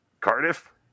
Cardiff